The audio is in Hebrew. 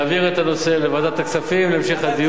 אני מבקש להעביר את הנושא לוועדת הכספים להמשך הדיון.